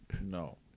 no